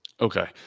Okay